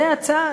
זה הצעד?